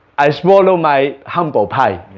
i swallow my humble pie